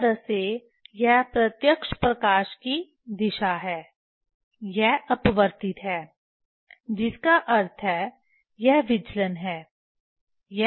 इस तरह से यह प्रत्यक्ष प्रकाश की दिशा है यह अपवर्तित है जिसका अर्थ है यह विचलन है यह विचलन है